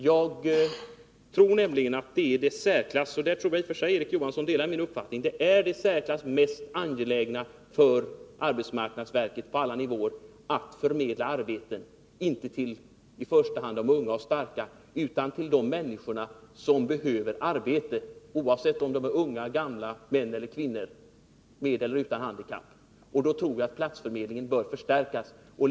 Jag tror nämligen — på den punkten delar nog Erik Johansson min uppfattning — att det är den i särklass mest angelägna uppgiften för arbetsmarknadsverket på alla nivåer att förmedla arbeten — inte i första hand till de unga och starka utan till de människor som behöver arbete, oavsett om de är unga eller gamla, män eller kvinnor, med eller utan handikapp. Mot den bakgrunden tror jag att platsförmedlingen bör förstärkas.